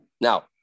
Now